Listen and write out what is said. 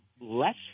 less